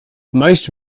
most